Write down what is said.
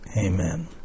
Amen